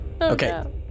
Okay